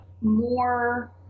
more